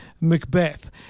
Macbeth